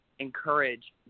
Encourage